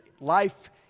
life